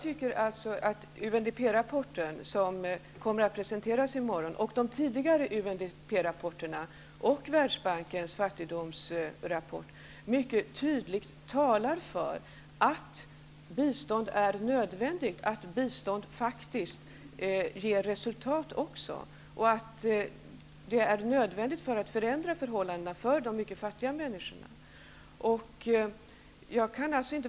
Herr talman! Den UNDP-rapport som kommer att presenteras i morgon, tidigare rapporter från UNDP och Världsbankens fattigdomsrapport talar mycket tydligt för att bistånd är nödvändigt. Bistånd ger faktiskt resultat, och är nödvändigt för att förändra förhållandena för de mycket fattiga människorna.